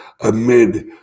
Amid